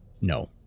No